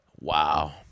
Wow